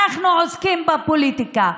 אנחנו עוסקים בפוליטיקה.